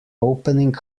opening